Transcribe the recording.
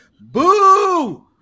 Boo